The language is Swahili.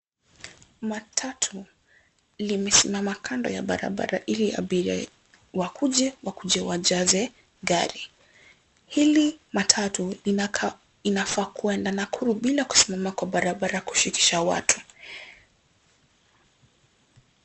Matatu limesimama kando ya barabara ili abiria wakuje wajaze gari. Hili matatu inafaa kuenda Nakuru bila kusimama kwa barabara kushukisha watu.